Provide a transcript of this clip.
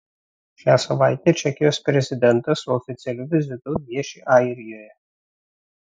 šią savaitę čekijos prezidentas su oficialiu vizitu vieši airijoje